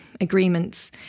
agreements